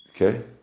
Okay